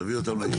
תביא אותם לישיבה.